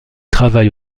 travaille